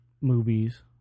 movies